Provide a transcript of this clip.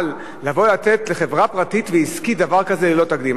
אבל לתת לחברה פרטית ועסקית דבר כזה הוא לא תקדים.